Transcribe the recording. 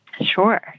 Sure